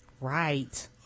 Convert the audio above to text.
Right